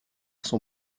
son